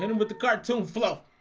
and and with the cartoon